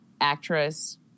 actress